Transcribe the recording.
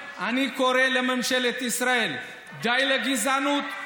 ולכן אני קורא לממשלת ישראל: די לגזענות.